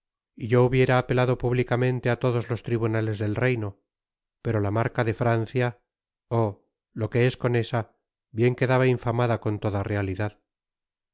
y yo hubiera apelado públicamente á todos los tribunales del reino pero la marca de francia oh lo que es con esa bien quedaba infamada con toda reatidad